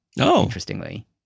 interestingly